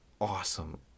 awesome